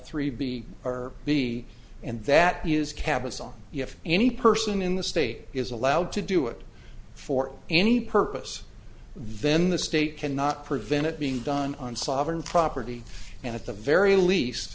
three b or b and that use cabazon you have any person in the state is allowed to do it for any purpose then the state cannot prevent it being done on sovereign property and at the very least